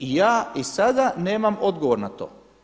I ja i sada nemam odgovor na to.